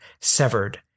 severed